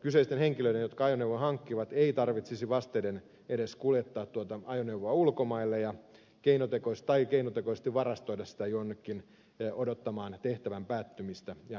kyseisten henkilöiden jotka ajoneuvon hankkivat ei tarvitsisi vastedes kuljettaa tuota ajoneuvoa ulkomaille tai keinotekoisesti varastoida sitä jonnekin odottamaan tehtävän päättymistä ja kotiinpaluuta